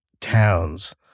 towns